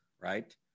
right